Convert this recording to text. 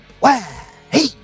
Hey